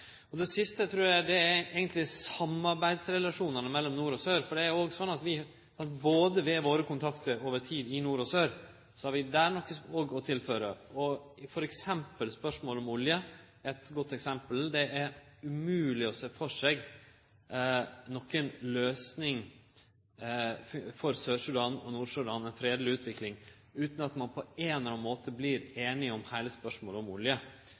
Det siste, trur eg, er eigenleg samarbeidsrelasjonane mellom nord og sør, for der har vi ved våre kontaktar over tid i nord og sør noko å tilføre. For eksempel i spørsmålet om olje – det er eit godt eksempel – er det umogleg å sjå for seg noka løysing for Sør-Sudan og Nord-Sudan, ei fredeleg utvikling, utan at ein på ein eller annan måte vert einige i heile spørsmålet om olje,